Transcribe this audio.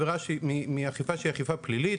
מאכיפה שהיא אכיפה פלילית,